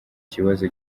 kibazo